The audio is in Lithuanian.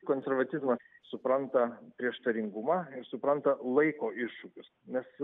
konservatizmas supranta prieštaringumą ir supranta laiko iššūkius nes